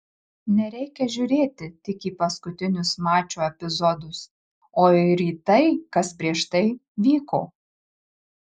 nereikia žiūrėti tik į paskutinius mačo epizodus o ir į tai kas prieš tai vyko